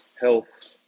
health